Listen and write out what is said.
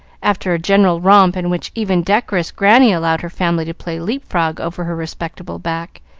after a general romp in which even decorous granny allowed her family to play leap-frog over her respectable back,